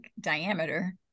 diameter